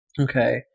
Okay